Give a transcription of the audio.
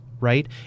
Right